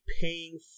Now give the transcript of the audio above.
paying